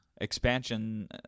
Expansion